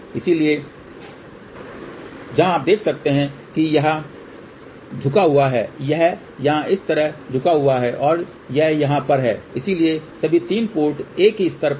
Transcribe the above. इसलिए जहाँ आप देख सकते हैं कि यह यहाँ झुका हुआ है यह यहाँ इस तरह झुका हुआ है और यह यहाँ पर है इसलिए सभी 3 पोर्ट एक ही स्तर पर हैं